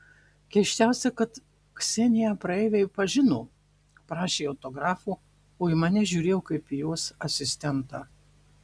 keisčiausia kad kseniją praeiviai pažino prašė autografo o į mane žiūrėjo kaip į jos asistentą